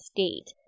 State